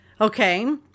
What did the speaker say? okay